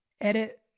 edit